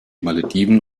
malediven